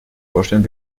vorstellen